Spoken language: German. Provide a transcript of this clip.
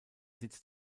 sitz